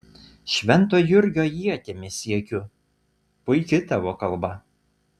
švento jurgio ietimi siekiu puiki tavo kalba